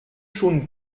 schon